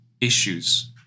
issues